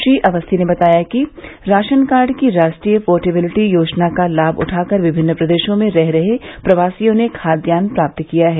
श्री अवस्थी ने बताया कि राशन कार्ड की राष्ट्रीय पोर्टेबिलिटी योजना का लाभ उठाकर विभिन्न प्रदेशों में रह रहे प्रवासियों ने खाद्यान्न प्राप्त किया है